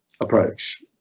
approach